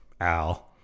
Al